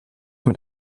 mit